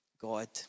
God